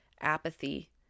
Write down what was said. apathy